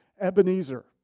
Ebenezer